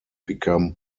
become